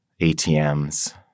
ATMs